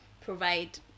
provide